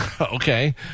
Okay